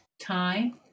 time